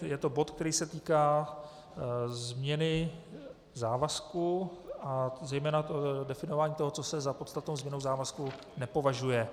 Je to bod, který se týká změny závazků a zejména definování toho, co se za podstatnou změnu závazku nepovažuje.